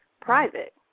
private